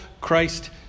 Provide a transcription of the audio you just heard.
Christ